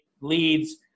leads